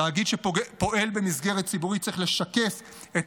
תאגיד שפועל במסגרת ציבורית צריך לשקף את